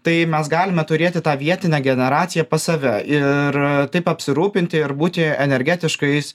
tai mes galime turėti tą vietinę generaciją pas save ir taip apsirūpinti ir būti energetiškais